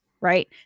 Right